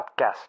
Podcast